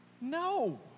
No